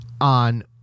on